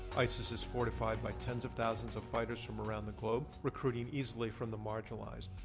isis is fortified by tens of thousands of fighters from around the globe, recruiting easily from the marginalized,